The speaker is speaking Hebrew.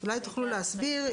אתם רוצים להסביר את התוספת?